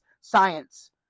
science